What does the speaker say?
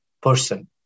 person